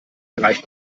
erreicht